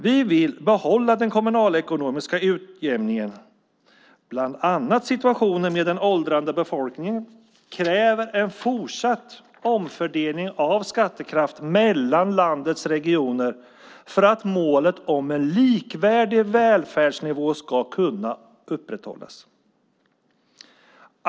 Vi vill behålla den kommunalekonomiska utjämningen. Bland annat situationen med den åldrande befolkningen kräver en fortsatt omfördelning av skattekraft mellan landets regioner för att målet om en likvärdig välfärdsnivå ska kunna upprätthållas.